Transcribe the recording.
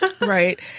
Right